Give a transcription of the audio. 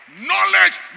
Knowledge